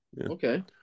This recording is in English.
okay